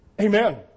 Amen